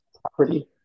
property